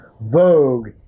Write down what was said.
Vogue